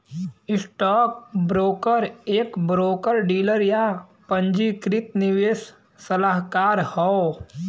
stockbroker एक broker dealer, या पंजीकृत निवेश सलाहकार हौ